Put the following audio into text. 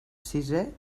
sisé